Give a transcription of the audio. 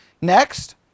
Next